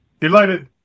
Delighted